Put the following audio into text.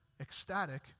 ecstatic